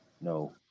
No